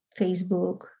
Facebook